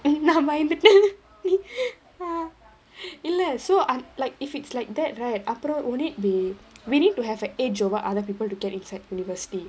நா பயந்துட்ட:naa bayanthutta uh இல்ல:illa so uh like if it's like that right afterall wouldn't it be we need to have an edge over other people to get inside university